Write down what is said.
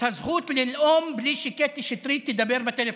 הזכות לנאום בלי שקטי שטרית תדבר בטלפון.